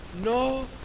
No